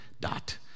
dot